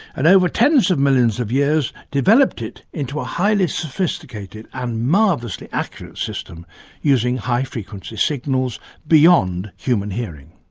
and over tens of millions of years developed it into a highly sophisticated and marvellously accurate system using high frequency signals beyond human hearing.